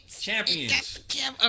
Champions